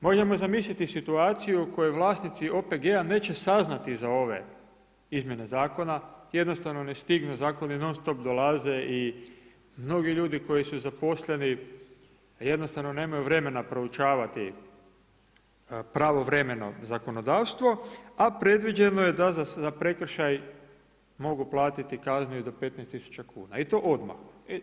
Možemo zamisliti situaciju u kojoj vlasnici OPG-a neće saznati za ove izmjene zakona, jednostavno ne stignu, zakoni non stop dolaze i mnogi ljudi koji su zaposleni jednostavno nemaju vremena proučavati pravovremeno zakonodavstvo, a predviđeno je da za prekršaj mogu platiti kaznu i do 15000 kuna i to odmah.